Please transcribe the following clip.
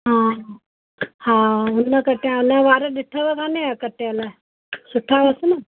हा हा हा हुन कटाया हुन जा वार ॾिठव कान कटियल सुठा अथसि न